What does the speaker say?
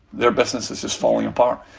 their business is just falling apart.